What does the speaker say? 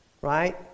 right